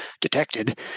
detected